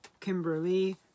Kimberly